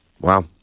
Wow